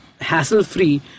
hassle-free